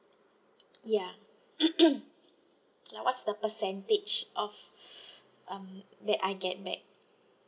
ya like what's the percentage of um that I get back